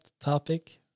topic